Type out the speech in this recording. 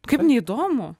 kaip neįdomu